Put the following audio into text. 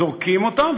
זורקים אותם,